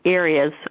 areas